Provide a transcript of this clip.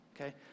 okay